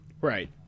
right